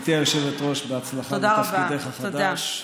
גברתי היושבת-ראש, בהצלחה בתפקידך החדש.